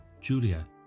Julia